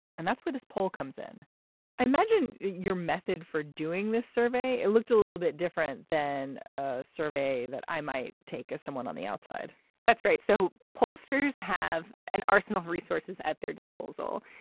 and that's where this poll comes in i imagine your method for doing this survey. it looked a little bit different than a survey that i might take as someone on the outside that's right. so pollsters have an arsenal of resources at their disposal.